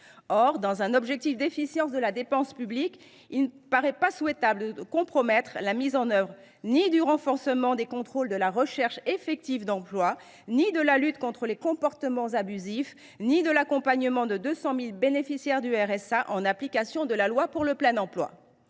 Or, dans un objectif d’efficience de la dépense publique, il ne paraît pas souhaitable de compromettre la mise en œuvre du renforcement des contrôles de la recherche effective d’emploi, ni celle de la lutte contre les comportements abusifs, ni celle de l’accompagnement de 200 000 bénéficiaires du RSA en application de la loi pour le plein emploi.